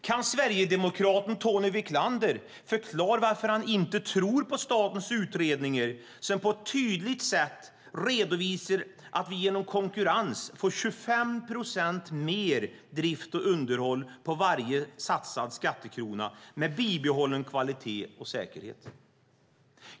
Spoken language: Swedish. Kan sverigedemokraten Tony Wiklander förklara varför han inte tror på statens utredningar som på ett tydligt sätt redovisar att vi genom konkurrens får ut 25 procent mer drift och underhåll på varje satsad skattekrona med bibehållen kvalitet och säkerhet?